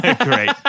Great